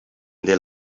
their